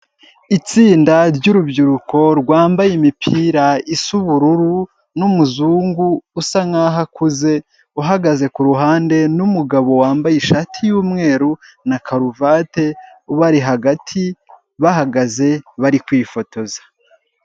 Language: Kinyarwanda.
Itsinda ry'urubyiruko rwambaye imipira isa ubururu n'umuzungu usa nk'aho akuze uhagaze ku ruhande n'umugabo wambaye ishati y'umweru na karuvate ubari hagati, bahagaze bari kwifotoza.